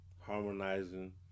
harmonizing